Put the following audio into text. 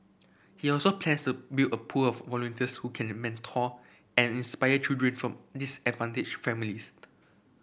he also plans to build a pool of volunteers who can mentor and inspire children from disadvantaged families